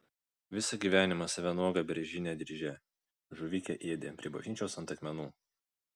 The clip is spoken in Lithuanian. visą gyvenimą save nuogą beržine dirže žuvikę ėdė prie bažnyčios ant akmenų